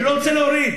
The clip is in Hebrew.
אני לא רוצה להוריד.